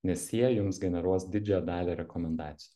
nes jie jums generuos didžiąją dalį rekomendacijų